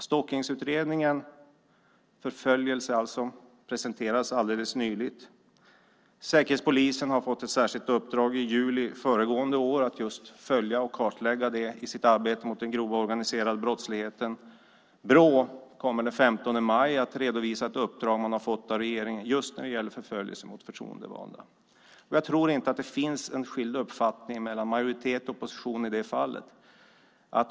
Stalkningsutredningen om förföljelse presenterades alldeles nyligen. I juli föregående år fick Säkerhetspolisen ett särskilt uppdrag att följa och kartlägga detta i sitt arbete mot den grova organiserade brottsligheten. Den 15 maj kommer Brå att redovisa ett uppdrag som man har fått av regeringen som gäller just förföljelse av förtroendevalda. Jag tror inte att det finns en skild uppfattning mellan majoritet och opposition i det fallet.